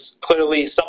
clearly